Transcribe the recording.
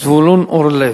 זבולון אורלב.